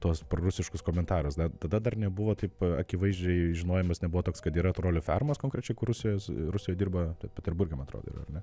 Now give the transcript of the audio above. tuos prorusiškus komentarus tada dar nebuvo taip akivaizdžiai žinojimas nebuvo toks kad yra trolių fermos konkrečiai kur rusijos rusijoj dirba peterburge man atrodo yra ar ne